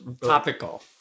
topical